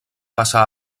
passà